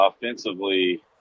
offensively